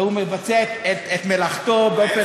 והוא מבצע את מלאכתו באופן,